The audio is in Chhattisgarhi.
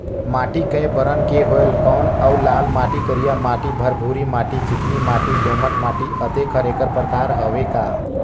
माटी कये बरन के होयल कौन अउ लाल माटी, करिया माटी, भुरभुरी माटी, चिकनी माटी, दोमट माटी, अतेक हर एकर प्रकार हवे का?